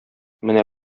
менә